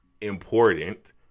important